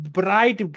bright